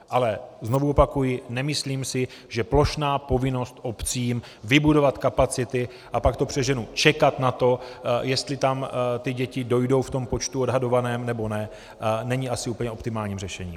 Ale znovu opakuji, nemyslím si, že plošná povinnost obcím vybudovat kapacity a pak to přeženu čekat na to, jestli tam děti dojdou v tom odhadovaném počtu, nebo ne, není asi úplně optimálním řešením.